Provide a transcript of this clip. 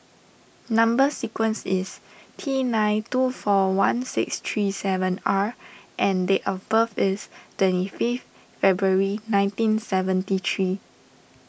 Number Sequence is T nine two four one six three seven R and date of birth is twenty fifth February nineteen seventy three